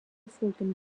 folgen